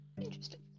Interesting